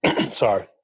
Sorry